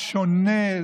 שונה,